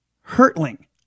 Hurtling